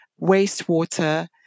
wastewater